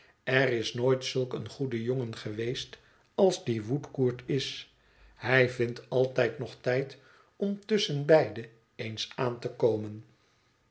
er is nooit zulk een goede jongen geweest als die woodcourt is hij vindt altijd nog tijd om tuschenbeide eens aan te komen